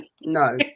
no